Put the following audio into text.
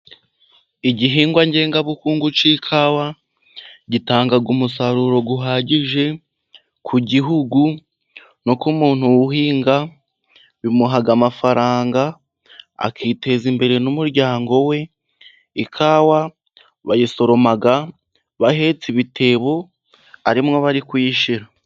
Igihingwa ngengabukungu cy'ikawa gitanga umusaruro uhagije ku Gihugu no ku muntu uhinga bimuha amafaranga akiteza imbere n'umuryango we . Ikawa bayisoroma bahetse ibitebo arimwo bari kuyishira.